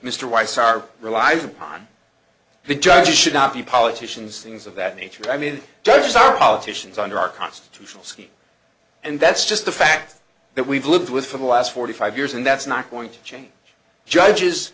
mr weiss are relied upon the judges should not be politicians things of that nature i mean judges are politicians under our constitutional scheme and that's just a fact that we've lived with for the last forty five years and that's not going to change judges